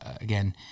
again